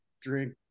Drink